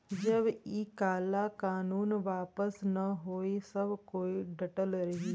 जब इ काला कानून वापस न होई सब कोई डटल रही